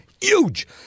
Huge